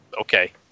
okay